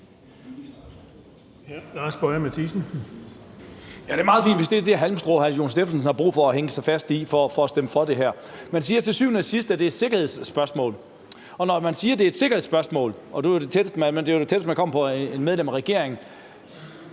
Det er meget fint, hvis det er det halmstrå, hr. Jon Stephensen har brug for at hænge sig fast i for at stemme for det her. Man siger, at til syvende og sidst er det et sikkerhedsspørgsmål. Og når man siger, at det er et sikkerhedsspørgsmål – og det var det tætteste, vi kom på et svar fra et medlem af regeringen